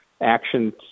action